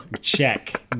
check